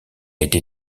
été